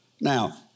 Now